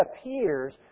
appears